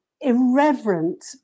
irreverent